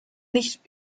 nicht